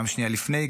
גם שנייה לפני,